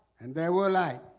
and they were like